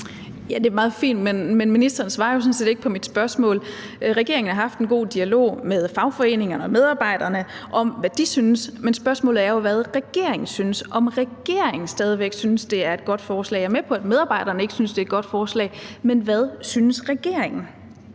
(V): Det er meget fint, men ministeren svarer sådan set ikke på mit spørgsmål. Regeringen har haft en god dialog med fagforeningerne og medarbejderne om, hvad de synes, men spørgsmålet er, hvad regeringen synes, altså om regeringen stadig væk synes, det er et godt forslag. Jeg er med på, at medarbejderne ikke synes, det er et godt forslag, men hvad synes regeringen?